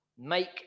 make